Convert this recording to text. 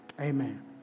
Amen